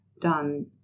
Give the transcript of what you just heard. done